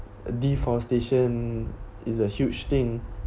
de~ deforestation is a huge thing